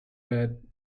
bed